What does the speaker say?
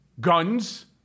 guns